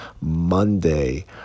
Monday